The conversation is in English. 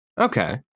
okay